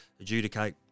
adjudicate